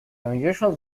unusual